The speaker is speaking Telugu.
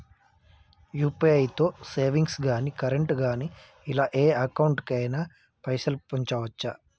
యూ.పీ.ఐ తో సేవింగ్స్ గాని కరెంట్ గాని ఇలా ఏ అకౌంట్ కైనా పైసల్ పంపొచ్చా?